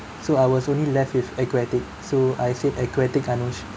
so I was only left with aquatic so I said aquatic I know